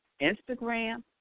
Instagram